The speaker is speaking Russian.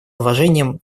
уважением